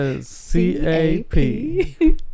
c-a-p